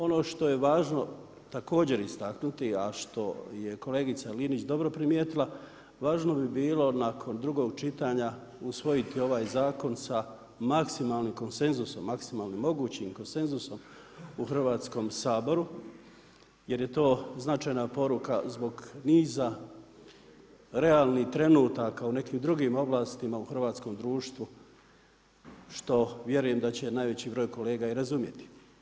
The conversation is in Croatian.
Ono što je važno također istaknuti a što je kolegica Linić dobro primijetila važno bi bilo nakon drugog čitanja usvojiti ovaj zakon sa maksimalnim konsenzusom, maksimalnim mogućim konsenzusom u Hrvatskom saboru jer je to značajna poruka zbog niza realnih trenutaka u nekim drugim ovlastima u hrvatskom društvu što vjerujem da će najveći broj kolega i razumjeti.